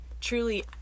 truly